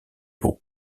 pour